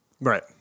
Right